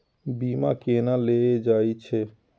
बीमा केना ले जाए छे?